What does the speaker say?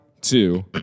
two